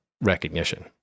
recognition